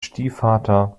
stiefvater